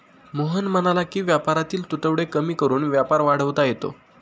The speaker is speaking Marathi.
मोहन म्हणाला की व्यापारातील तुटवडे कमी करून व्यापार वाढवता येतो